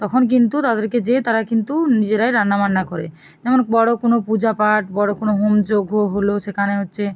তখন কিন্তু তাদেরকে যেয়ে তারা কিন্তু নিজেরাই রান্নাবান্না করে যেমন বড়ো কোনও পূজাপাঠ বড়ো কোনও হোমযজ্ঞ হলো সেখানে হচ্ছে